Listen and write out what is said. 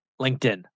LinkedIn